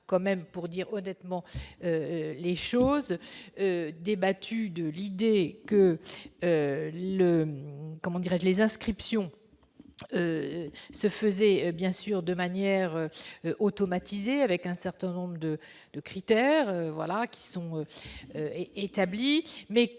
pour dire honnêtement les choses débattu de l'idée que, comment dirais-je, les inscriptions se faisait bien sûr de manière automatisée avec un certain nombre de de critères voilà qui sont établis, mais que